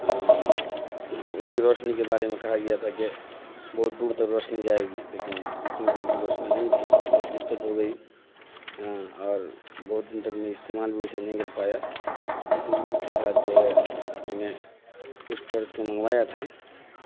اس کی روشنی کے بارے میں کہا گیا تھا کہ بہت دور تک روشنی جائے گی لیکن اتنی دور کی روشنی نہیں تھی بہت دقت ہو گئی ہ اور بہت دن تک میں استعمال بھی اسے نہیں کر پایا جس امید کے ساتھ جو ہے میں نے اس ٹارچ کو منگوایا تھا